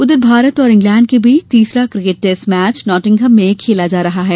उधर भारत और इंग्लेंड के बीच तीसरा किकेट टेस्ट मैच नाटिंघम में खेला जा रहा है